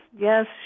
Yes